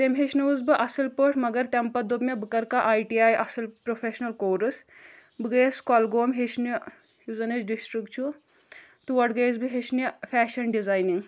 تٔمہِ ہیٚچھنٲوٕس بہٕ اَصٕل پٲٹھۍ مَگر تَمہِ پَتہٕ دوٚپ مےٚ بہٕ کَرٕ کانٛہہ آیی ٹی آیی اَصٕل پروٚفیٚشنَل کورس بہٕ گٔیَس کۄلگوم ہیٚچھنہِ یُس زَن اَسہِ ڈِسٹرٛکٹ چھُ تور گٔیَس بہٕ ہیٚچھنہِ فیشَن ڈِزاینِنٛگ